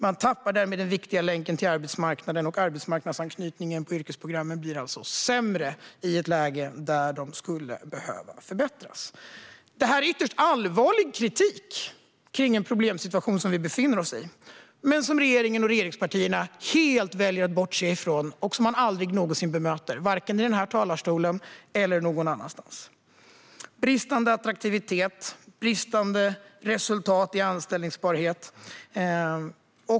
Man tappar därmed den viktiga länken till arbetsmarknaden, och arbetsmarknadsanknytningen på yrkesprogrammen blir alltså sämre i ett läge där den skulle behöva förbättras. Detta är ytterst allvarlig kritik kring en problemsituation som vi befinner oss i men som regeringen och regeringspartierna helt väljer att bortse ifrån och som de aldrig någonsin bemöter - varken i denna talarstol eller någon annanstans. Det handlar om bristande attraktivitet och om bristande resultat i fråga om anställbarhet.